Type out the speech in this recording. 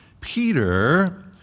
Peter